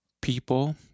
people